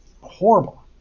horrible